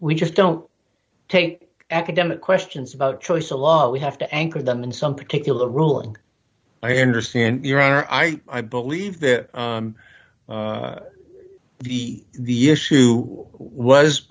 we just don't take academic questions about choice a lot we have to anchor them in some particular rule and i understand your honor i i believe that the the issue was